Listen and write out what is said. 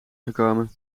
gekomen